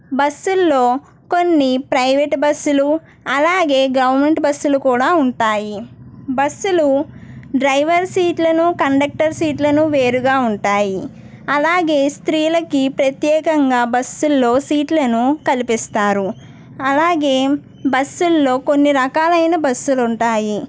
బస్సుల్లో కొన్ని ప్రైవేట్ బస్సులు అలాగే గవర్నమెంట్ బస్సులు కూడా ఉంటాయి బస్సులు డ్రైవర్ సీట్లను కండెక్టర్ సీట్లను వేరుగా ఉంటాయి అలాగే స్త్రీలకు ప్రత్యేకంగా బస్సుల్లో సీట్లను కల్పిస్తారు అలాగే బస్సుల్లో కొన్ని రకాలైన బస్సులు ఉంటాయి